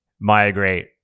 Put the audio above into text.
migrate